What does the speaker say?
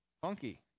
funky